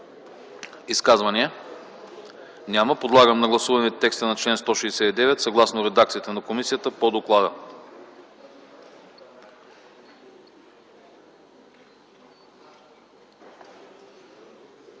Изказвания? Няма. Подлагам на гласуване текста на чл. 170 съгласно редакцията на комисията по доклада.